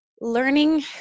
learning